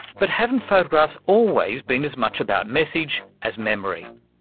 but haven't photographs always been as much about message as memory?